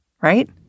right